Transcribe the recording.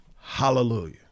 Hallelujah